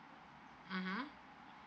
mmhmm